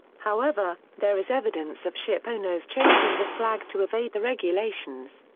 however, there is evidence of ship owners changing the flag to evade the regulations.